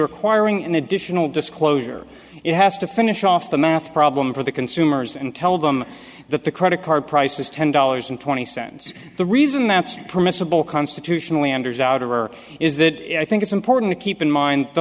requiring an additional disclosure it has to finish off the math problem for the consumers and tell them that the credit card price is ten dollars and twenty cents the reason that's permissible constitutionally unders out of her is that i think it's important to keep in mind the